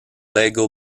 lego